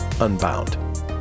Unbound